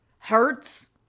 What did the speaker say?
hurts